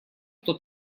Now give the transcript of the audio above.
кто